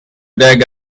dig